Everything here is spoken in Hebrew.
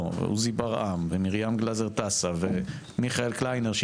ועוזי ברעם ומרים גלזר תעסה ומיכאל קליינר,